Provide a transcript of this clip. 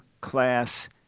class